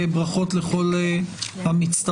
ברכות לכל המצטרפים,